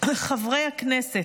חברי הכנסת,